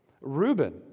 Reuben